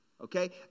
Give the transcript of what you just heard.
okay